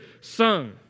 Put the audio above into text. sung